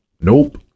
nope